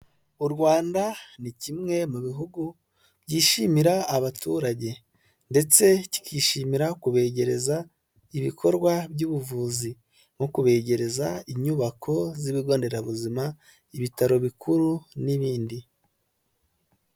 U Rwanda ni kimwe mu bihugu byishimira abaturage ndetse kikishimira kubegereza ibikorwa by'ubuvuzi nko kubegereza inyubako z'ibigo nderabuzima, ibitaro bikuru n'ibindi.